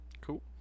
Cool